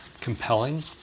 compelling